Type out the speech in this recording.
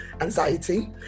anxiety